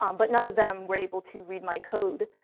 um but none of them were able to read my code.